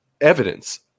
evidence